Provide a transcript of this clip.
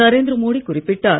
நரேந்திர மோடி குறிப்பிட்டார்